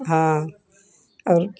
हाँ और